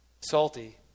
salty